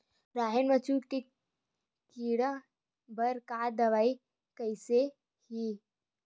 राहेर म चुस्क के कीड़ा बर का दवाई कइसे ही?